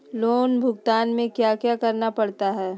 loan भुगतान में क्या क्या करना पड़ता है